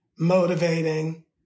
motivating